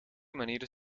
manieren